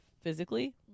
physically